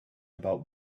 about